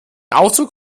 aufzug